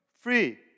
free